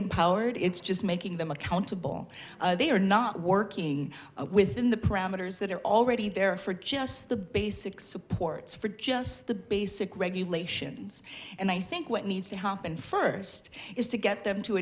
empowered it's just making them accountable they are not working within the parameters that are already there for just the basic supports for just the basic regulations and i think what needs to happen first is to get them to